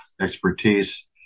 expertise